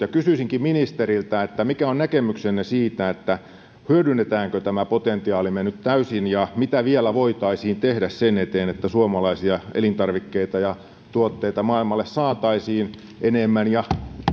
kysyisinkin ministeriltä mikä on näkemyksenne siitä hyödynnetäänkö tämä potentiaalimme nyt täysin ja mitä vielä voitaisiin tehdä sen eteen että suomalaisia elintarvikkeita ja tuotteita maailmalle saataisiin enemmän